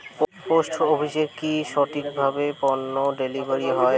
Post অফিসে কি সঠিক কিভাবে পন্য ডেলিভারি হয়?